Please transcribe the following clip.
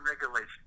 regulation